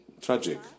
tragic